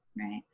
Right